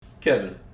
Kevin